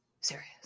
serious